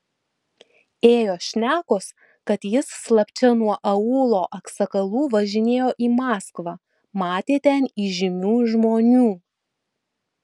ėjo šnekos kad jis slapčia nuo aūlo aksakalų važinėjo į maskvą matė ten įžymių žmonių